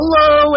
Hello